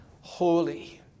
Holy